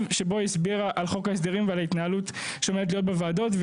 שבו היא הסבירה על חוק ההסדרים ועל ההתנהלות שעומדת להיות בוועדות,